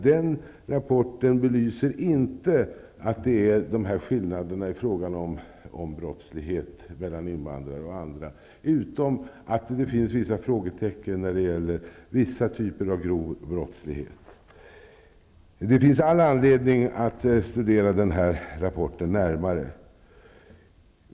Den rapporten belyser inte att det finns skillnader i fråga om brottslighet mellan invandrare och andra, men det finns vissa frågetecken när det gäller vissa typer av grov brottslighet. Det finns all anledning att studera den här rapporten närmare.